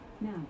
Now